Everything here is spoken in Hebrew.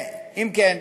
אם כן,